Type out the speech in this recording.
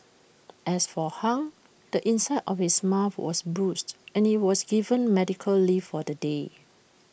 as for hung the inside of his mouth was bruised and he was given medical leave for the day